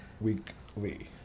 weekly